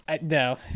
No